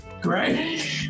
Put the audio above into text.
great